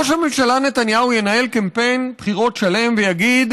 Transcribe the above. ראש הממשלה נתניהו ינהל קמפיין בחירות שלם ויגיד